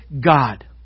God